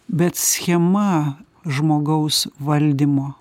bet schema žmogaus valdymo